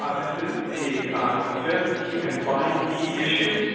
ah this is the the fifth key and final key issue.